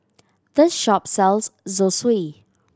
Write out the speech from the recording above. this shop sells Zosui